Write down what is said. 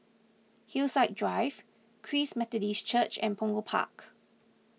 Hillside Drive Christ Methodist Church and Punggol Park